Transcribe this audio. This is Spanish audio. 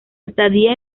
estadía